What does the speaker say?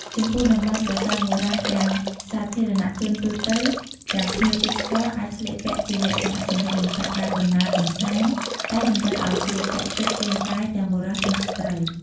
ចំពោះតំបន់ប្រាសាទបុរាណទាំងសាធារណៈជនទូទៅ ទាំងភ្ញៀវទេសចរណ៍អាចស្លៀកពាក់ជាលក្ខណៈសម្លៀកបំពាក់បែបដំណើរកំសាន្ដ តែតម្រូវឲ្យស្លៀកពាក់ជិតរាងកាយទាំងបុរសទាំងស្រ្តី។